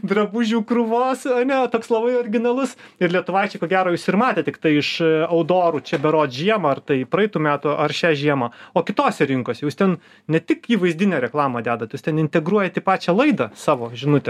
drabužių krūvos ane toks labai originalus ir lietuvaičiai ko gero jus ir matė tiktai iš audorų čia berods žiemą ar tai praeitų metų ar šią žiemą o kitose rinkose jūs ten ne tik įvaizdinę reklamą dedat jūs ten integruojat į pačią laidą savo žinutę